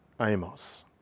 Amos